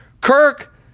Kirk